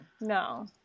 No